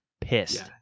pissed